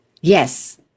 Yes